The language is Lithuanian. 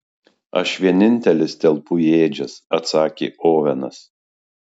aš vienintelis telpu į ėdžias atsakė ovenas